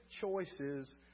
choices